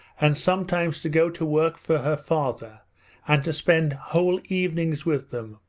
and sometimes to go to work for her father and to spend whole evenings with them,